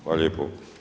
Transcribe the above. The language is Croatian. Hvala lijepo.